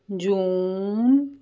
June